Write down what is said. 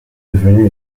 devenue